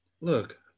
Look